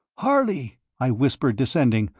harley! i whispered, descending,